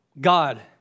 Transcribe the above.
God